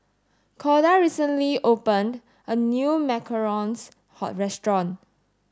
Corda recently opened a new Macarons how restaurant